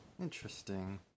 Interesting